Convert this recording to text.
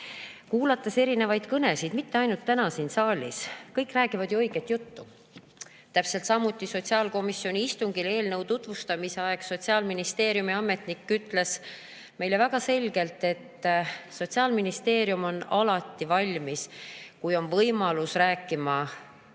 Kuulates erinevaid kõnesid, ja mitte ainult täna siin saalis – kõik räägivad õiget juttu. Täpselt samuti sotsiaalkomisjoni istungil eelnõu tutvustamise ajal: Sotsiaalministeeriumi ametnik ütles meile väga selgelt, et Sotsiaalministeerium on alati valmis, kui on võimalus, rääkima eakate